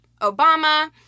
Obama